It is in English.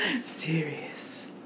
Serious